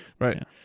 Right